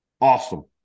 Awesome